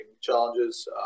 challenges